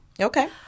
Okay